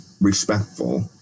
respectful